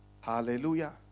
Hallelujah